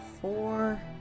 four